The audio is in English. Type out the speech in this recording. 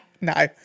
No